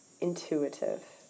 intuitive